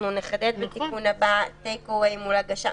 אנחנו נחדד בתיקון הבא טייק-אווי מול הגשה.